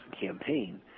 campaign